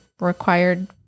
required